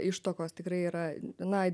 ištuokos tikrai yra na